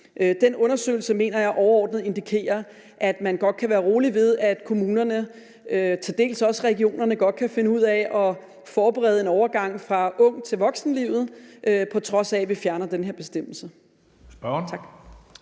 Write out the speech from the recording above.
Den undersøgelse mener jeg overordnet indikerer, at man godt kan være rolig ved, at kommunerne og til dels også regionerne godt kan finde ud af at forberede en overgang fra livet som ung til voksenlivet, på trods af vi fjerner den her bestemmelse.